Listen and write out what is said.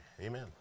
Amen